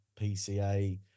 PCA